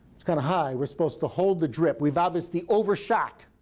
it's kind of high. we're supposed to hold the drip. we've obviously overshot.